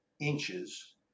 inches